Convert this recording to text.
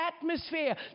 atmosphere